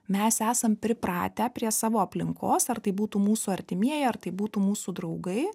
mes esam pripratę prie savo aplinkos ar tai būtų mūsų artimieji ar tai būtų mūsų draugai